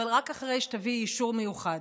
אבל רק אחרי שתביאי אישור מיוחד.